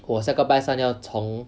我下个拜三要从